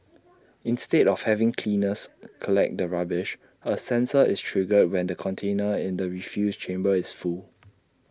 instead of having cleaners collect the rubbish A sensor is triggered when the container in the refuse chamber is full